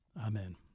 Amen